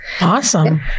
Awesome